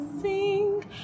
sing